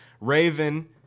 Raven